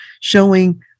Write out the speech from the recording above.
showing